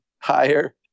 higher